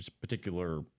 particular